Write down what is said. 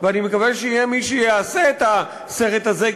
ואני מקווה שיהיה מי שיעשה את הסרט הזה,